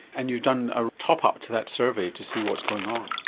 and you've done a top up to that survey to see what's going on.